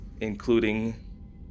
including